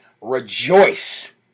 rejoice